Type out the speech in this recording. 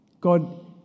God